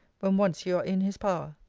when once you are in his power.